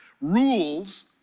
rules